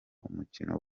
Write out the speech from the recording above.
umukino